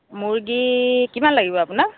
মুৰ্গী কিমান লাগিব আপোনাক